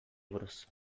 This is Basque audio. buruz